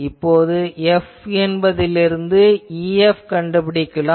இப்போது F என்பதிலிருந்து EF கண்டுபிடிக்கலாம்